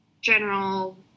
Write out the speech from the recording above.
general